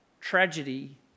tragedy